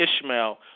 Ishmael